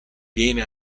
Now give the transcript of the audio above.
viene